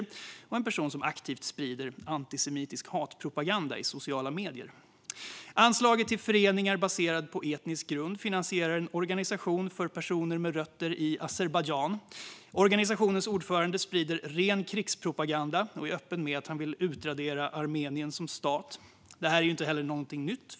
Det är en person som aktivt sprider antisemitisk hatpropaganda i sociala medier. Anslaget till föreningar baserade på etnisk grund finansierar en organisation för personer med rötter i Azerbajdzjan. Organisationens ordförande sprider ren krigspropaganda och är öppen med att han vill utradera Armenien som stat. Detta är ju inget nytt.